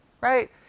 right